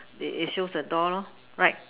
it it shows a door lor right